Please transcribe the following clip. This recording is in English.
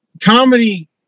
comedy